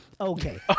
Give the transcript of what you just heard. okay